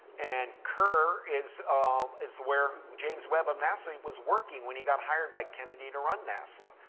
and kerr is um is the where james webb of nasa was working when he got hired by kennedy to run nasa.